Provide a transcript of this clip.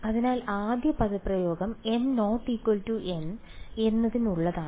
അതിനാൽ ആദ്യ പദപ്രയോഗം m n എന്നതിനുള്ളതാണ്